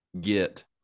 get